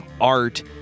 art